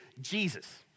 Jesus